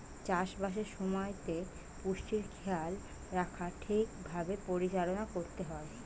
চাষ বাসের সময়তে পুষ্টির খেয়াল রাখা ঠিক ভাবে পরিচালনা করতে হয়